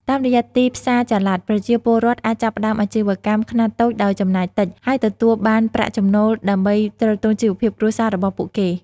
តាមរយៈទីផ្សារចល័ត ប្រជាពលរដ្ឋអាចចាប់ផ្តើមអាជីវកម្មខ្នាតតូចដោយចំណាយតិច ហើយទទួលបានប្រាក់ចំណូលដើម្បីទ្រទ្រង់ជីវភាពគ្រួសាររបស់ពួកគេ។